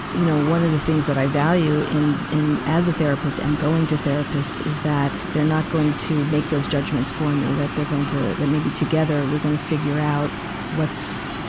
you know one of the things that i value in, in, as a therapist and going to therapists is that they're not going to make those judgments for me, that they're going to, that maybe together we're gonna figure out what's,